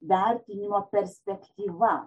vertinimo perspektyva